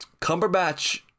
Cumberbatch